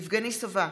יבגני סובה,